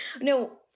no